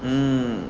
mm